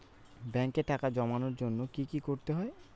ব্যাংকে টাকা জমানোর জন্য কি কি করতে হয়?